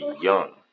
young